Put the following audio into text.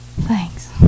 thanks